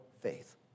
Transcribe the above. faith